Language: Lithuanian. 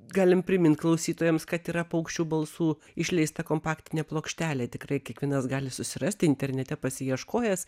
galim primint klausytojams kad yra paukščių balsų išleista kompaktinė plokštelė tikrai kiekvienas gali susirasti internete pasiieškojęs